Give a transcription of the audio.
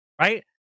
Right